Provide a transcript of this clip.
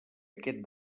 aquest